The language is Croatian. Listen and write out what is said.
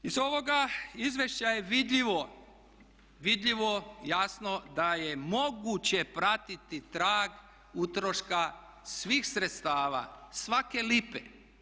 Iz ovoga izvješća je vidljivo, vidljivo jasno da je moguće pratiti trag utroška svih sredstava, svake lipe.